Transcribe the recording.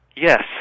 Yes